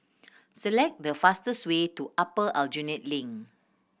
select the fastest way to Upper Aljunied Link